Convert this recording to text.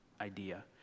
idea